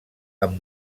amb